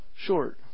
short